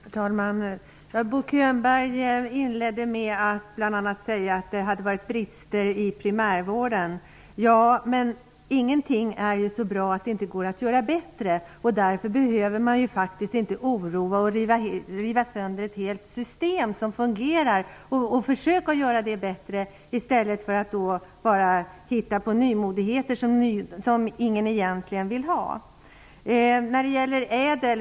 Herr talman! Bo Könberg inledde med att bl.a. säga att det hade varit brister i priämärvården. Ja, men ingenting är så bra att det inte går att göra bättre. För den skull behöver man faktiskt inte oroa och riva ner ett helt system som fungerar. Man får försöka göra det bättre i stället för att bara hitta på nymodigheter som ingen egentligen vill ha.